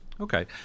Okay